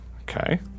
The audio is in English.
okay